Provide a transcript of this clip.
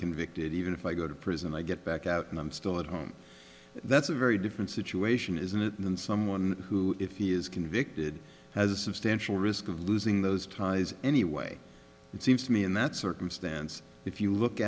convicted even if i go to prison i get back out and i'm still at home that's a very different situation isn't it than someone who if he is convicted has a substantial risk of losing those ties anyway it seems to me in that circumstance if you look